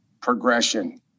progression